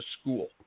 school